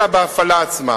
אלא בהפעלה עצמה.